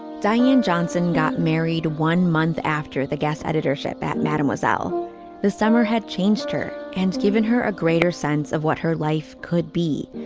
diane johnson got married one month after the gas editorship at mademoiselle this summer had changed her and given her a greater sense of what her life could be.